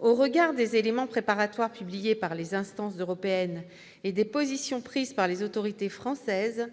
Au regard des éléments préparatoires publiés par les instances européennes et des positions prises par les autorités françaises,